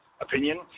opinion